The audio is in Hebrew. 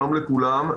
שלום לכולם.